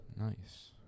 Nice